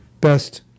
best